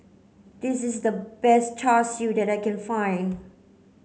this is the best char Siu that I can find